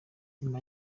nyuma